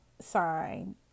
sign